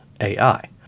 AI